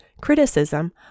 criticism